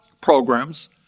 programs